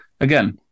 again